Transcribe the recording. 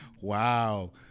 Wow